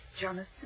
Jonathan